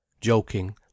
Joking